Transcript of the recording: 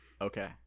Okay